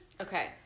Okay